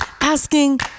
asking